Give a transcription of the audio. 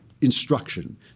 instruction